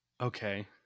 Okay